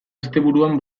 asteburuan